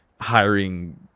hiring